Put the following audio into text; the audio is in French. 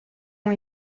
ont